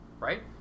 right